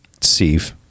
Steve